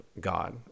God